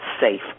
safe